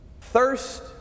Thirst